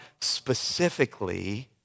specifically